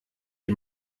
die